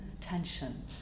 tension